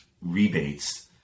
rebates